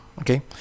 okay